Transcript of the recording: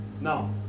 Now